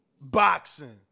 boxing